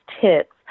tips